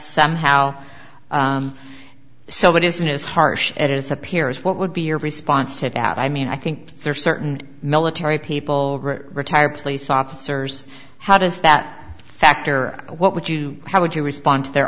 somehow so it isn't as harsh as it appears what would be your response to that i mean i think there are certain military people retire place officers how does that factor what would you how would you respond to their